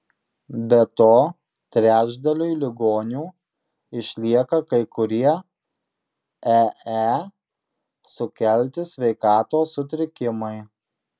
be to trečdaliui ligonių išlieka kai kurie ee sukelti sveikatos sutrikimai